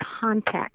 context